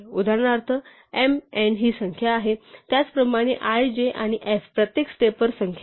उदाहरणार्थ m n ही संख्या आहेत त्याचप्रमाणे i j आणि f प्रत्येक स्टेपवर संख्या आहेत